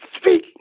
speak